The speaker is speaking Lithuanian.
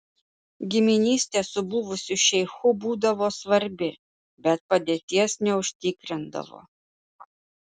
giminystė su buvusiu šeichu būdavo svarbi bet padėties neužtikrindavo